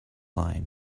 line